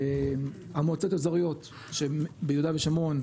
המועצות האזוריות שביהודה ושומרון,